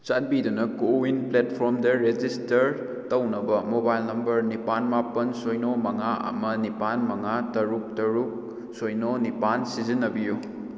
ꯆꯥꯟꯕꯤꯗꯨꯅ ꯀꯣꯋꯤꯟ ꯄ꯭ꯂꯦꯠꯐꯣꯝꯗ ꯔꯦꯖꯤꯁꯇꯔ ꯇꯧꯅꯕ ꯃꯣꯕꯥꯏꯜ ꯅꯝꯕꯔ ꯅꯤꯄꯥꯜ ꯃꯥꯄꯜ ꯁꯤꯅꯣ ꯃꯉꯥ ꯑꯃ ꯅꯤꯄꯥꯜ ꯃꯉꯥ ꯇꯔꯨꯛ ꯇꯔꯨꯛ ꯁꯤꯅꯣ ꯅꯤꯄꯥꯜ ꯁꯤꯖꯤꯟꯅꯕꯤꯌꯨ